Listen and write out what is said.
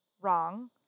wrong